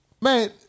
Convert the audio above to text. man